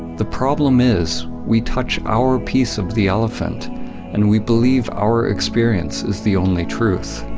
the problem is we touch our piece of the elephant and we believe our experience is the only truth.